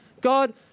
God